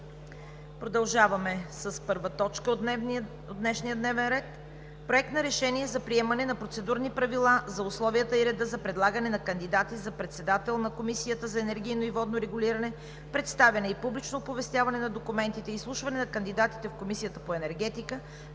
Продължаваме с първа точка от днешния дневен ред: